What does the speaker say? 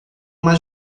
uma